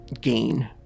gain